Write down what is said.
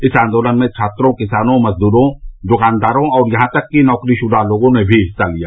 इस आन्दोलन में छात्रों किसानों मजदूरों दुकानदारों और यहां तक कि नौकरीशुदा लोगों ने भी हिस्सा लिया